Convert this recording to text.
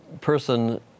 person